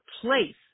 place